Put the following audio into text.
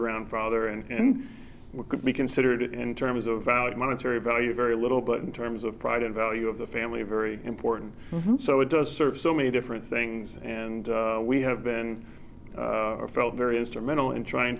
grandfather and we could be considered in terms of valid monetary value very little but in terms of pride in value of the family very important so it does serve so many different things and we have been felt very instrumental in trying